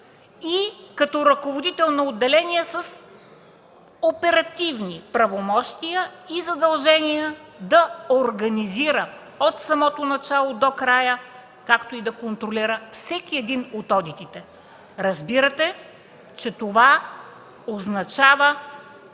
и като ръководител на отделение с оперативни правомощия и задължения да организира от самото начало до края, както и да контролира, всеки един от одитите. Разбирате, че това означава